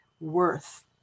worth